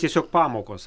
tiesiog pamokos